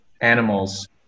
animals